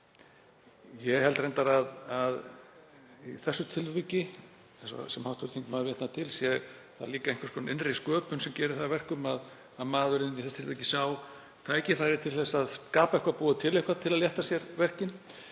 Ég held reyndar að í því tilviki sem hv. þingmaður vitnar til sé líka einhvers konar innri sköpun sem gerir það að verkum að maðurinn í þessu tilviki sá tækifæri til að skapa eitthvað, búa til eitthvað til að létta sér verkin.